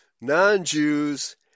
non-Jews